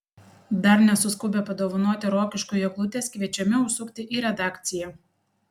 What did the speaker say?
dar nesuskubę padovanoti rokiškiui eglutės kviečiami užsukti į redakciją